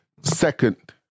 second